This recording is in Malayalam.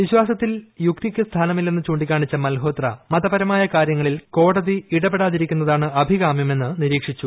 വിശ്വാസത്തിൽ യുക്തിക്ക് സ്ഥാനമില്ലെന്ന് ചൂണ്ടിക്കാണിച്ച മൽഹോത്ര മതപരമായ കാര്യങ്ങളിൽ കോടതി ഇടപെടാതിരിക്കുന്നതാണ് അഭികാമ്യമെന്ന് നിരീക്ഷിച്ചു